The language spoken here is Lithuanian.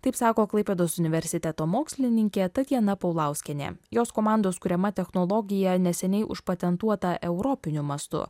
taip sako klaipėdos universiteto mokslininkė tatjana paulauskienė jos komandos kuriama technologija neseniai užpatentuota europiniu mastu